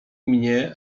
mnie